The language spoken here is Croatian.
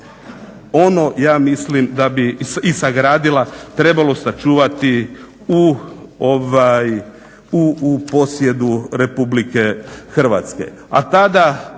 ono ja mislim da bi, i sagradila, trebalo sačuvati u posjedu Republike Hrvatske.